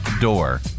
door